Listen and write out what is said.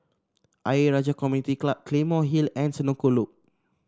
Ayer Rajah Community Club Claymore Hill and Senoko Loop